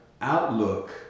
Outlook